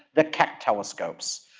the keck telescopes.